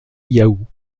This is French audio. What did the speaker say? yahoo